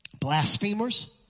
Blasphemers